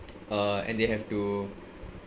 uh and they have to